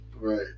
Right